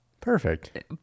Perfect